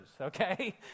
okay